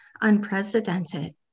unprecedented